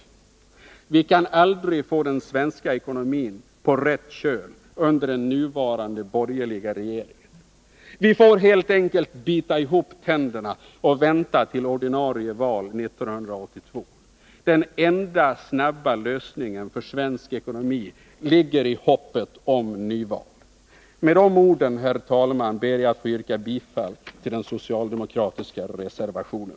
Vi kan aldrig få den svenska ekonomin på rätt köl under den nuvarande borgerliga regeringen. Vi får helt enkelt bita ihop tänderna och vänta till ordinarie val 1982. Den enda snabba lösningen för svensk ekonomi ligger i hoppet om nyval. Med de orden, herr talman, ber jag att få yrka bifall till den socialdemokratiska reservationen.